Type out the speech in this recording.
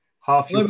half